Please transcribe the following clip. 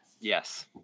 Yes